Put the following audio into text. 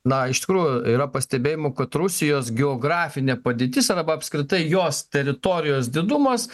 na iš tikrųjų yra pastebėjimų kad rusijos geografinė padėtis arba apskritai jos teritorijos didumas